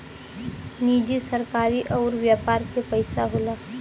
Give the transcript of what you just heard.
निजी सरकारी अउर व्यापार के पइसा होला